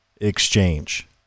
exchange